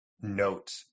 note